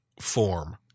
form